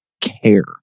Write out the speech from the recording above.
care